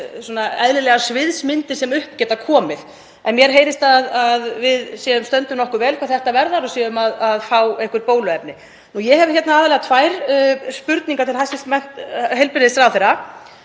eðlilegar sviðsmyndir sem upp geta komið. Mér heyrist að við stöndum nokkuð vel hvað þetta varðar og séum að fá einhver bóluefni. Ég hef aðallega tvær spurningar til hæstv. heilbrigðisráðherra.